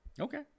Okay